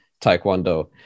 taekwondo